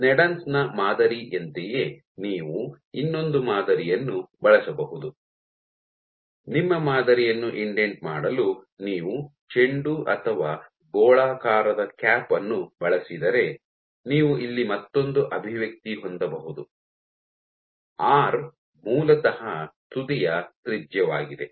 Sneddon Sneddon's ನ ಮಾದರಿಯಂತೆಯೇ ನೀವು ಇನ್ನೊಂದು ಮಾದರಿಯನ್ನು ಬಳಸಬಹುದು ನಿಮ್ಮ ಮಾದರಿಯನ್ನು ಇಂಡೆಂಟ್ ಮಾಡಲು ನೀವು ಚೆಂಡು ಅಥವಾ ಗೋಳಾಕಾರದ ಕ್ಯಾಪ್ ಅನ್ನು ಬಳಸಿದರೆ ನೀವು ಇಲ್ಲಿ ಮತ್ತೊಂದು ಅಭಿವ್ಯಕ್ತಿ ಹೊಂದಬಹುದು ಆರ್ ಮೂಲತಃ ತುದಿಯ ತ್ರಿಜ್ಯವಾಗಿದೆ